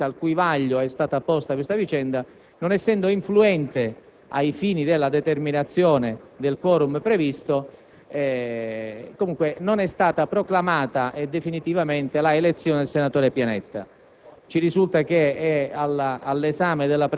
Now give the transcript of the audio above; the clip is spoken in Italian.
ci auguriamo anche ad avviso della Presidenza, al cui vaglio è stata posta la vicenda - non influente ai fini della determinazione del *quorum* previsto, non è stata proclamata definitivamente l'elezione del senatore Pianetta.